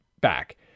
back